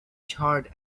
charred